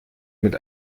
mit